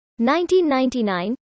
1999